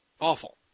awful